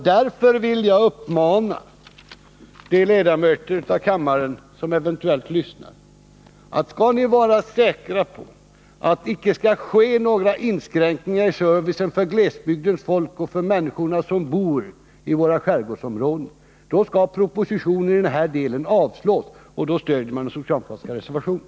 Därför vill jag uppmana de ledamöter av kammaren som eventuellt lyssnar: Skall ni vara säkra på att det icke sker några inskränkningar i servicen för glesbygdens folk och för människor som bor i våra skärgårdsområden, då måste propositionen i den här delen avslås, och då bör ni stödja den socialdemokratiska reservationen.